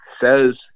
says